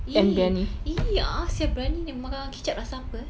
!ee! !ee! uh uh sia briyani makan dengan kicap rasa apa ah